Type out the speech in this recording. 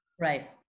Right